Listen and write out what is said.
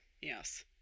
Yes